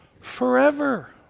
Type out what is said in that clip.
forever